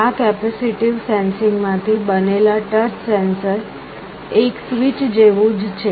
આ કેપેસિટીવ સેન્સિંગમાંથી બનેલ ટચ સેન્સર એક સ્વીચ જેવું જ છે